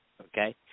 Okay